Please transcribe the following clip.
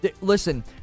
Listen